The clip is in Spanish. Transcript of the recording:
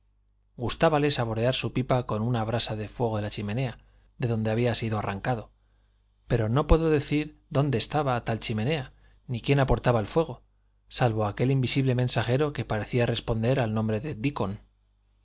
cabaña gustábale saborear su pipa con una brasa del fuego de la chimenea de donde había sido arrancado pero no puedo decir dónde estaba tal chimenea ni quien aportaba el fuego salvo aquel invisible mensajero que parecía responder al nombre de dickon